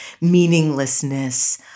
meaninglessness